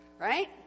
Right